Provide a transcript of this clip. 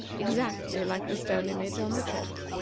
exactly like the stone image on the church.